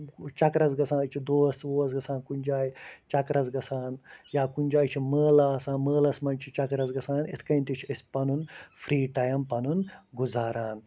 چَکرَس گژھان أسۍ چھِ دوس ووس گژھان کُنہِ جایہِ چَکرَس گژھان یا کُنہِ جایہِ چھُ مٲلہٕ آسان مٲلَس منٛز چھُ چَکرَس گژھان یِتھ کٔنۍ تہِ چھِ أسۍ پَنُن فرٛی ٹایم پَنُن گُزاران